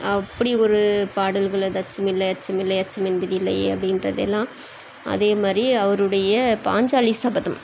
அப்படி ஒரு பாடல்கள் அது அச்சமில்லை அச்சமில்லை அச்சம் என்பதில்லையே அப்படின்றதெல்லாம் அதேமாதிரி அவருடைய பாஞ்சாலி சபதம்